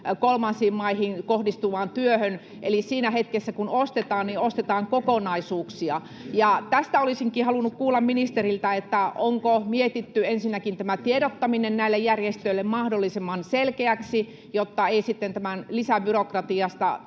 kolmansiin maihin kohdistuvaan työhön — eli siinä hetkessä kun ostetaan, ostetaan kokonaisuuksia. Tästä olisinkin halunnut kuulla ministeriltä: onko mietitty ensinnäkin tätä tiedottamista näille järjestöille mahdollisimman selkeäksi, jotta sitten ei tule lisää byrokratiaa